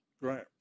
Right